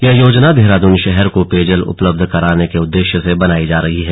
यह योजना देहरादून शहर को पेयजल उपलब्ध कराने के उद्देश्य से बनाई जा रही है